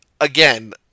again